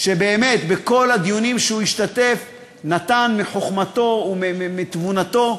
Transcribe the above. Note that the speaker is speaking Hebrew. ובאמת בכל הדיונים שהוא השתתף נתן מחוכמתו ומתבונתו,